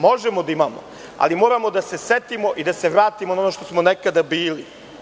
Možemo da imamo, ali moramo da se setimo i da se vratimo na ono što smo nekada bili.